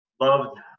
loved